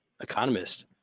economist